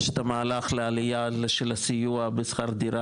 יש את המהלך לעלייה של הסיוע בשכר דירה